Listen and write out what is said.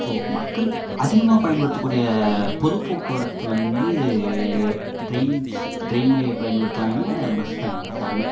so மக்கள் அதிகமாக பயன்படுத்தக்கூடிய பொது போக்குவரத்து வந்து ட்ரெயின்ஸு ட்ரெயின் வே பயன்படுத்துறாங்க பஸ் பயன்படுத்துகிறாங்க